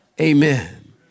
Amen